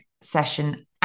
session